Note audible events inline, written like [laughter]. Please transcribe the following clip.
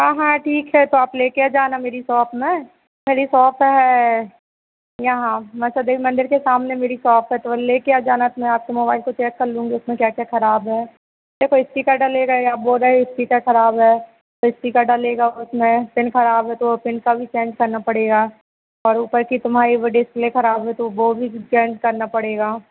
हाँ हाँ ठीक है तो आप लेकर आ जाना मेरी शॉप में मेरी शॉप है यहाँ [unintelligible] मन्दिर के सामने मेरी शॉप है थोड़ा लेकर आ जाना अपने आप तो मोबाइल को चेक कर लूँगी उसमें क्या क्या खराब है देखो स्पीकर डलेगा यह आप बोल रहे स्पीकर खराब है तो स्पीकर डलेगा उसमें पिन खराब है तो पिन को भी चेन्ज करना पड़ेगा और ऊपर की तुम्हारा वह डिस्प्ले खराब हो तो वह भी चेन्ज करना पड़ेगा